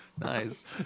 Nice